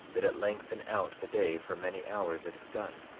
that it lengthen out the day for many hours it is done